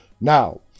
Now